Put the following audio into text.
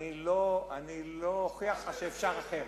אני לא אוכיח לך שאפשר אחרת.